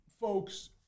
folks